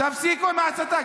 תפסיקו עם ההסתה.